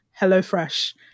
HelloFresh